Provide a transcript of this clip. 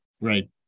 Right